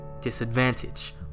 disadvantage